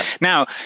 Now